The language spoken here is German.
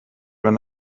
wenn